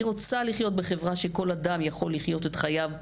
אני רוצה לחיות בחברה שבה כל אדם יכול לחיות את חייו כרצונו.